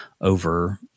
over